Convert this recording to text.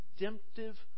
redemptive